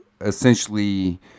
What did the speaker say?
essentially